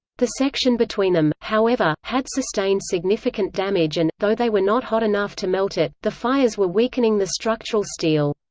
the section between them, however, had sustained significant damage and, though they were not hot enough to melt it, the fires were weakening the structural steel.